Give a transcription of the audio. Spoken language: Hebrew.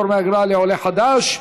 פטור מאגרה לעולה חדש),